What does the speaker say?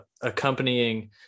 accompanying